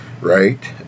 right